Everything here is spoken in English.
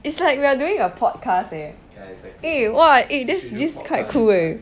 it's like we are doing a podcast eh eh !wah! eh that's this quite cool eh